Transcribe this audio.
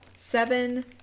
seven